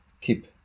keep